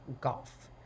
golf